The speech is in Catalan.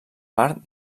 part